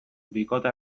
bikote